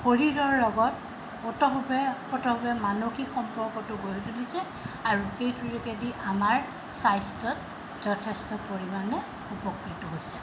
শৰীৰৰ লগত উত ভাৱে পুত ভাৱে মানসিক সম্পৰ্কটো গঢ়ি তুলিছে আৰু সেইটো যোগেদি আমাৰ স্বাস্থ্যত যথেষ্ট পৰিমাণে উপকৃত হৈছে